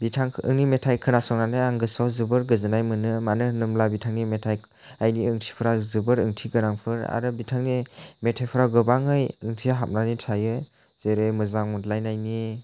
बिथांनि मेथाइ खोनासंनानै आं गोसोआव जोबोर गोजोननाय मोनो मानो होनोब्ला बिथांनि मेथाइनि ओंथिफ्रा जोबोर ओंथिगोनांफोर आरो बिथांनि मेथाइफोराव गोबाङै ओंथि हाबनानै थायो जेरै मोजां मोनलायनायनि